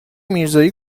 میرزایی